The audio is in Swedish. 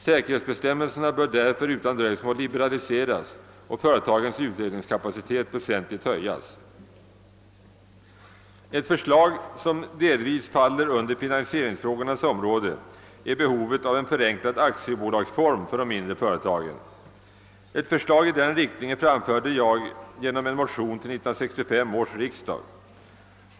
Säkerhetsbestämmelserna bör därför utan dröjsmål liberaliseras och företagens utredningskapacitet väsentligt höjas. En sak, som delvis faller under finansieringsfrågorna, är behovet av en förenklad aktiebolagsform för de mindre företagen. Ett förslag i den riktningen framförde jag i en motion till 1965 års riksdag.